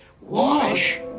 Wash